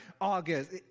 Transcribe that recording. August